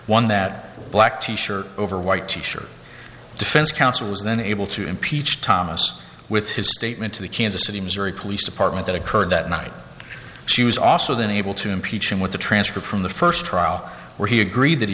one that black t shirt over white t shirt defense counsel was then able to impeach thomas with his statement to the kansas city missouri police department that occurred that night she was also then able to impeach him with the transcript from the first trial where he agreed that he